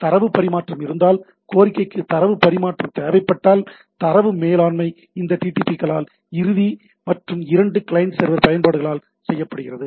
தரவு பரிமாற்றம் இருந்தால் கோரிக்கைக்கு தரவு பரிமாற்றம் தேவைப்பட்டால் தரவு மேலாண்மை இந்த டிடிபிக்களால் இறுதி மற்றும் இரண்டு கிளையன்ட் சர்வர் பயன்பாடுகளால் செய்யப்படுகிறது